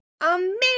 amazing